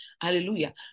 Hallelujah